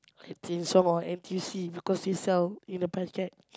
at Sheng-Siong or N_T_U_C because they sell in a packet